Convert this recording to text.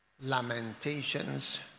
Lamentations